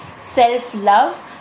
self-love